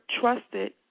trusted